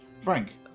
Frank